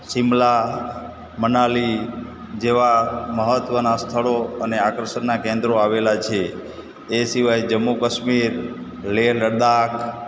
શિમલા મનાલી જેવા મહત્ત્વનાં સ્થળો અને આકર્ષણનાં કેન્દ્રો આવેલાં છે એ સિવાય જમ્મુ કાશ્મીર લેહ લદ્દાખ